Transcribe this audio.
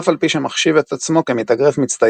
אף על פי שמחשיב את עצמו כמתאגרף מצטיין.